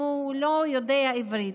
אם הוא לא יודע עברית,